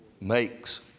makes